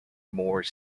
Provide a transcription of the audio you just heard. more